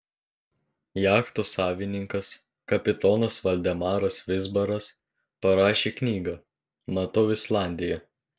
jachtos savininkas kapitonas valdemaras vizbaras parašė knygą matau islandiją